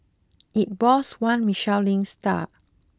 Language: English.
it boasts one Michelin star